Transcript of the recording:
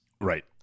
right